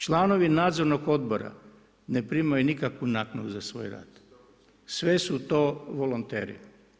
Članovi nadzornog odbora ne primaju nikakvu naknadu za svoj rad, sve su to volonteri.